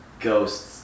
ghosts